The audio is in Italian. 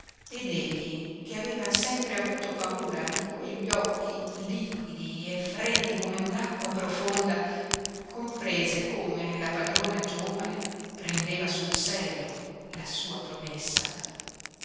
ed egli che aveva sempre avuto paura di quegli occhi liquidi e freddi come un'acqua profonda comprese come la padrona giovane prendeva sul serio la sua promessa